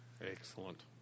Excellent